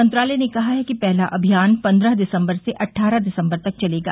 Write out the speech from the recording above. मंत्रालय ने कहा है कि पहला अभियान पन्द्रह दिसम्बर से अट्ठारह दिसम्बर तक चलेगा